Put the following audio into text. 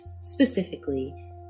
specifically